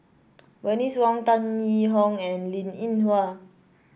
Bernice Wong Tan Yee Hong and Linn In Hua